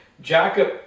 Jacob